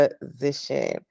position